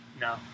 No